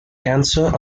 cancer